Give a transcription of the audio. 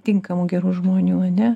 tinkamų gerų žmonių ar ne